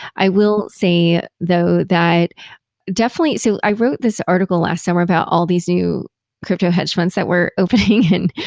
i will say though that definitely so i wrote this article last summer about all these new crypto hedge funds that were opening. and